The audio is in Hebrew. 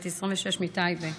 בת 26 מטייבה,